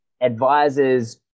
advisors